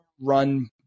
run